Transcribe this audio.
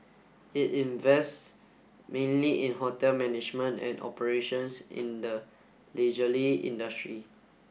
it invests mainly in hotel management and operations in the leisurely industry